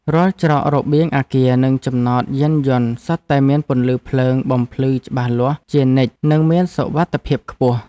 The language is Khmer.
រាល់ច្រករបៀងអគារនិងចំណតយានយន្តសុទ្ធតែមានពន្លឺភ្លើងបំភ្លឺច្បាស់លាស់ជានិច្ចនិងមានសុវត្ថិភាពខ្ពស់។